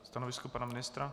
Stanovisko pana ministra?